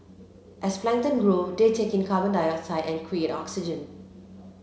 as plankton grow they take in carbon dioxide and create oxygen